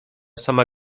sama